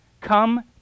come